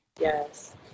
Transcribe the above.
yes